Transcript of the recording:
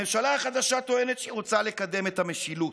הממשלה החדשה טוענת שהיא רוצה לקדם את המשילות,